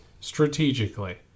strategically